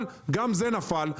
גם זה נפל.